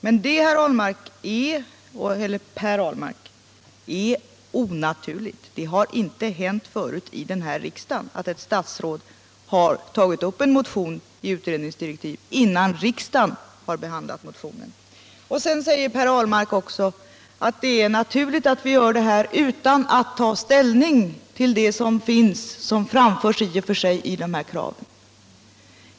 Men det, Per Ahlmark, är onaturligt; det har inte hänt tidigare i den här riksdagen att ett statsråd i utredningsdirektiv tagit upp en motion innan riksdagen har behandlat den. Sedan säger Per Ahlmark också att det är naturligt att man sänder över dessa krav utan att ta ställning till dem.